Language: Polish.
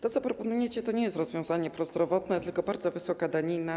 To, co proponujecie, to nie jest rozwiązanie prozdrowotne, tylko bardzo wysoka danina.